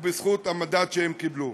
ובזכות המנדט שהם קיבלו.